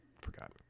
forgot